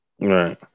right